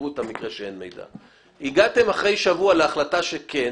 אם הגעתם אחרי שבוע להחלטה שכן